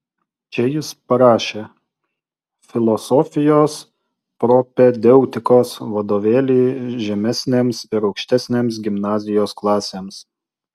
čia jis parašė filosofijos propedeutikos vadovėlį žemesnėms ir aukštesnėms gimnazijos klasėms